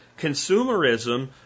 consumerism